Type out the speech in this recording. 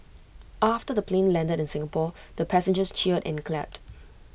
after the plane landed in Singapore the passengers cheered and clapped